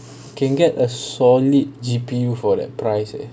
can get a solid G_P_U for that price leh